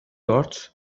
dört